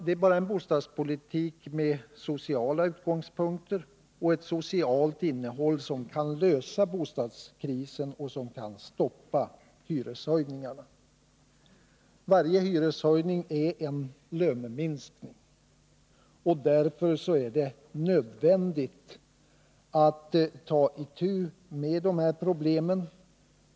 Det är bara en bostadspolitik med sociala utgångspunkter och ett socialt innehåll som kan lösa bostadskrisen och som kan stoppa hyreshöjningarna. Varje hyreshöjning är en löneminskning, och därför är det nödvändigt att ta itu med de här problemen.